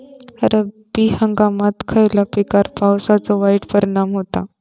रब्बी हंगामात खयल्या पिकार पावसाचो वाईट परिणाम होता?